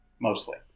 mostly